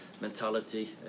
mentality